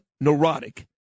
neurotic